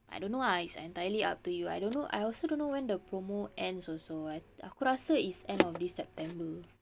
I don't know lah it's entirely up to you I don't know I also don't know when the promo ends also I aku rasa it's end of this september